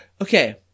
Okay